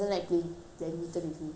cause I'm a sore loser